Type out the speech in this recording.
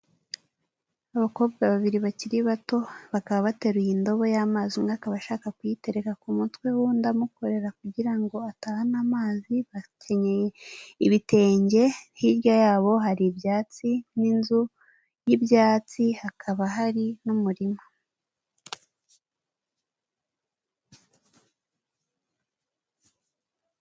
Abakobwa babiri bakiri bato bakaba bateruye indobo y'amazi, umwe akaba ashaka kuyitereka ku mutwe w'undi amukorera, kugira ngo atahane amazi. Bakenyeye ibitenge hirya yabo har’ibyatsi, n'inzu y'ibyatsi, hakaba hari n'umurima.